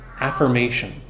affirmation